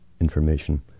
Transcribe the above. information